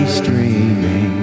streaming